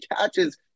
catches